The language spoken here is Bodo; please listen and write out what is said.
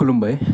खुलुमबाय